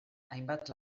hainbat